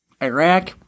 Iraq